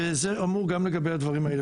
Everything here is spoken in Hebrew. וזה אמור גם לגבי הדברים האלה.